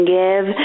give